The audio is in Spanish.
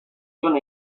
john